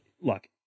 look